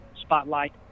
spotlight